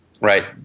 Right